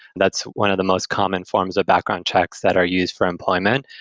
that's one of the most common forms of background checks that are used for employment,